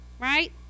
right